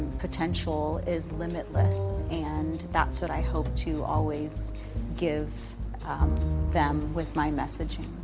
potential is limitless and that's what i hope to always give them with my messaging.